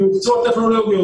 יוקצו הטכנולוגיות,